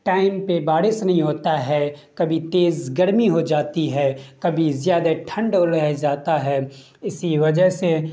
time پہ بارش نہیں ہوتا ہے کبھی تیز گرمی ہو جاتی ہے کبھی زیادہ ٹھنڈ او رہ جاتا ہے اسی وجہ سے